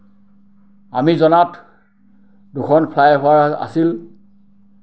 আমি জনাত দুখন ফ্লাই অভাৰ আছিল